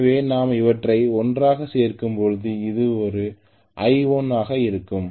எனவே நாம் அவற்றை ஒன்றாக சேர்க்கும்போது இது எனது I1 ஆக இருக்கும்